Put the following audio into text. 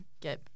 get